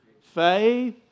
faith